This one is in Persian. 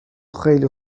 خیلی